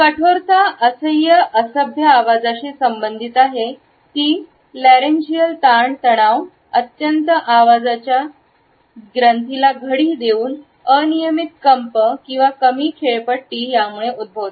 कठोरता असह्य असभ्य आवाजाशी संबंधित आहे जी लॅरेन्जियल ताण तणाव अत्यंत आवाजाच्या ग्रंथीला घडी देऊन अनियमित कंप आणि कमी खेळपट्टी यामुळे उद्भवते